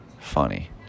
funny